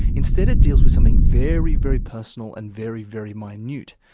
instead it deals with something very, very personal and very, very minute,